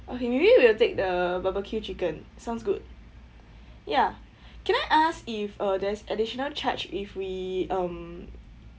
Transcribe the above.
okay maybe we will take the barbecue chicken sounds good ya can I ask if uh there's additional charge if we um